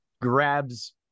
grabs